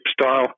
style